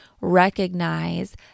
recognize